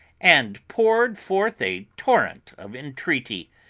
and poured forth a torrent of entreaty,